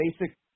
basic